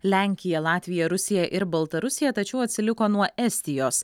lenkiją latviją rusiją ir baltarusiją tačiau atsiliko nuo estijos